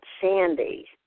Sandy